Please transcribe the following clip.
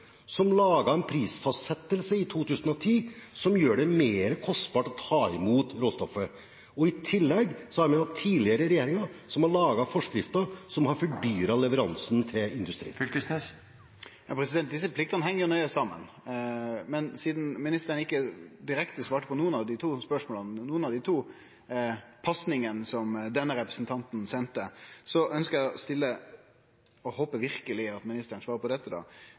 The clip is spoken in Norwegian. som laget en prisfastsettelse i 2010, som gjør det mer kostbart å ta imot råstoffet. I tillegg har tidligere regjeringer laget forskrifter som har fordyret leveransen til industrien. Desse pliktene heng nøye saman. Men sidan ministeren ikkje direkte svara på nokon av dei to pasningane som denne representanten sende, ønskjer eg å stille eit spørsmål – eg håpar verkeleg ministeren svarar på dette: